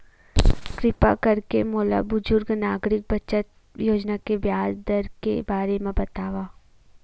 किरपा करके मोला बुजुर्ग नागरिक बचत योजना के ब्याज दर के बारे मा बतावव